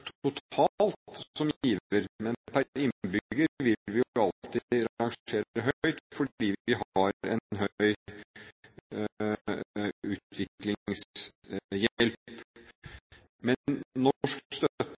men per innbygger vil vi alltid rangere høyt, fordi vi har en høy utviklingshjelp. Men norsk støtte